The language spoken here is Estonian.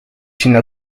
sinna